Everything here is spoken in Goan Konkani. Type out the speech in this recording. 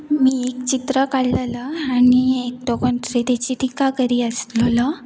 मी एक चित्र काडलेलो आनी एक दोग कोन तेची टिका करी आसलेलो